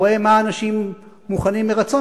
רואה מה אנשים מוכנים מרצון.